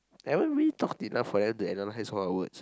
haven't we talked enough for them to analyze all our words